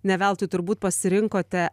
ne veltui turbūt pasirinkote